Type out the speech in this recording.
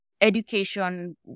education